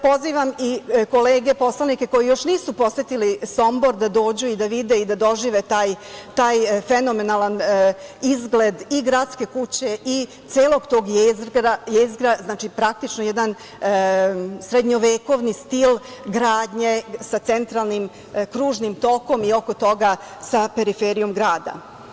Pozivam i kolege poslanike koji još nisu posetili Sombor da dođu i da vide i da dožive taj fenomenalan izgled i Gradske kuće i celog tog jezgra, praktično jedan srednjovekovni stil gradnje sa centralnim kružnim tokom i oko toga sa periferijom grada.